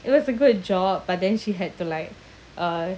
it was a good job but then she had to like uh